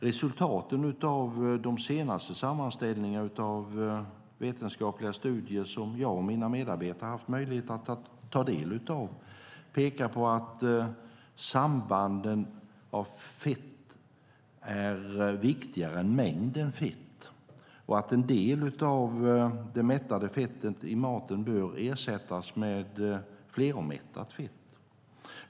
Resultaten av de senaste sammanställningarna av vetenskapliga studier som jag och mina medarbetare har haft möjlighet att ta del av pekar på att sammansättningen av fettet är viktigare än mängden fett och att en del av det mättade fettet i maten bör ersättas med fleromättat fett.